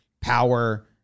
power